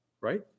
Right